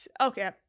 Okay